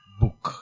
book